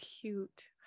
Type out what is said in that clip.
cute